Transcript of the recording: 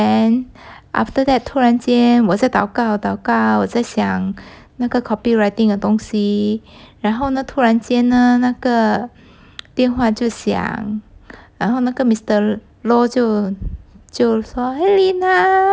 then after that 突然间我在祷告祷告我在想那个 copy writing 的东西然后呢突然间呢那个电话就响然后那个就就是说 !hey! lena